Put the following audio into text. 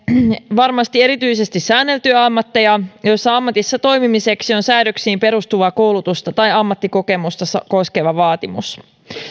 varmasti erityisesti säänneltyjä ammatteja joissa ammatissa toimimiseksi on säädöksiin perustuva koulutusta tai ammattikokemusta koskeva vaatimus